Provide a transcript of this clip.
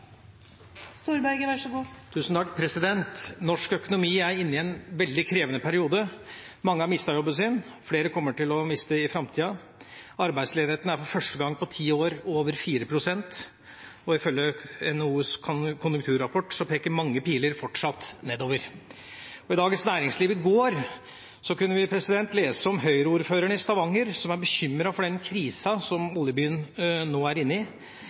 Norsk økonomi er inne i en veldig krevende periode. Mange har mistet jobben sin, flere kommer til å miste den i framtida. Arbeidsledigheten er for første gang på ti år over 4 pst. Ifølge NHOs konjunkturrapport peker mange piler fortsatt nedover. I Dagens Næringsliv i går kunne vi lese om Høyre-ordføreren i Stavanger, som er bekymret for den krisa som oljebyen nå er inne i.